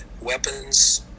weapons